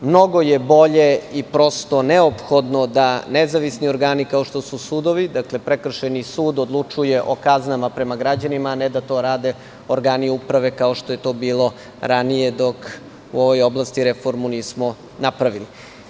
Mnogo je bolje i prosto neophodno da nezavisni organi, kao što su sudovi, dakle, prekršajni sud odlučuje o kaznama prema građanima, a ne da to rade organi uprave, kao što je to bilo ranije, dok u ovoj oblasti reformu nismo napravili.